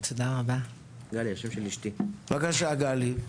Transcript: בבקשה, גלי.